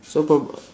so prob~